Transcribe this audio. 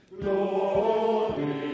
glory